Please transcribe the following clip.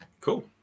cool